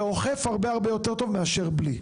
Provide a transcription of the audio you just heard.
ואוכף הרבה יותר טוב מאשר בלי.